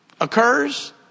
occurs